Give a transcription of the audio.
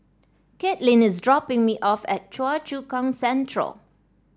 Katelin is dropping me off at Choa Chu Kang Central